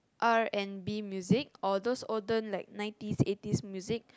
R-and-B music or those olden like nineties eighties music